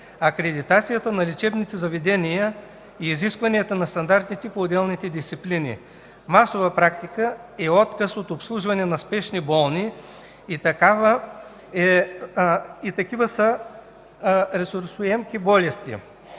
акредитацията на лечебните заведения и изискванията на стандартите по отделните дисциплини. Масова практика е отказ от обслужване на спешни болни и такива с ресурсоемки болести.